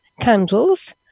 candles